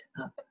up